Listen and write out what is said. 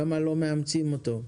למה לא מאמצים אותו?